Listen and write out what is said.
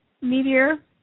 meteor